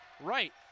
Right